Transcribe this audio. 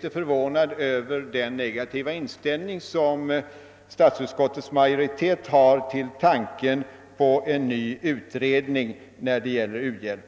jag förvånad över den negativa inställning som statsutskottets majoritet har till tanken på en ny utredning av u-hjälpen.